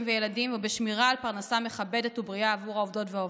וילדים ושמירה על פרנסה מכבדת ובריאה עבור העובדות והעובדים.